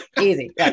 easy